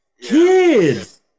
Kids